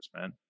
man